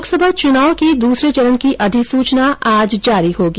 लोकसभा चुनाव के दूसरे चरण की अधिसूचना आज जारी होगी